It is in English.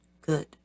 good